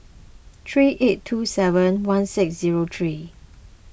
three eight two seven one six zero three